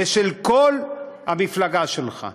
ושל כל המפלגה שלך.